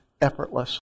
effortless